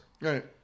Right